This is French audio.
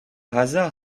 hasard